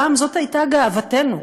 פעם זאת הייתה גאוותנו,